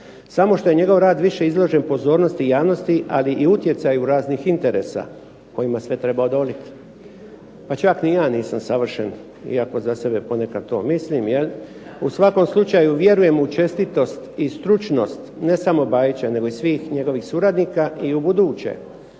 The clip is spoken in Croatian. samo što je njegov rad više izložen pozornosti javnosti, ali i utjecaju raznih interesa kojima se treba odoliti. Pa čak ni ja nisam savršen, iako za sebe ponekad to mislim. U svakom slučaju vjerujem u čestitost i stručnost, ne samo Bajića, nego i svih njegovih suradnika. I ubuduće